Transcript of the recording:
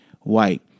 White